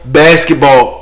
basketball